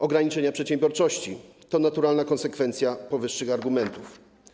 Ograniczenia przedsiębiorczości to naturalna konsekwencja powyższych argumentów.